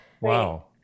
wow